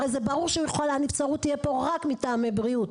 הרי ברור שהנבצרות תהיה פה רק מטעמי בריאות,